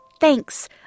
Thanks